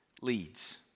leads